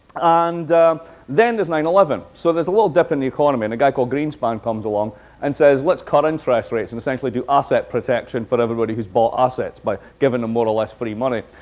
and then there's nine eleven. so there's a little dip in the economy and a guy called greenspan comes along and says, let's cut interest rates and essentially do asset protection for everybody who has bought assets by giving them more or less free money.